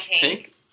pink